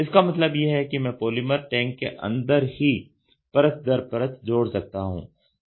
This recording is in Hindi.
इसका मतलब यह है कि मैं पॉलीमर टैंक के अंदर ही परत दर परत जोड़ सकता हूं